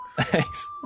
Thanks